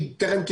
אז הוא יענה.